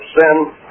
sin